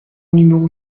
numéro